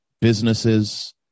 businesses